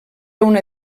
una